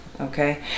Okay